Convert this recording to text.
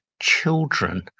children